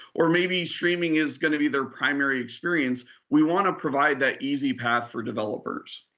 or maybe streaming is gonna be their primary experience, we want to provide that easy path for developers.